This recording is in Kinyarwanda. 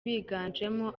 biganjemo